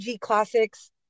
classics